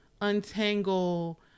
untangle